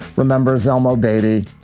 remember zelma obeidi?